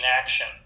action